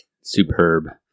Superb